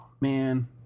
Man